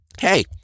hey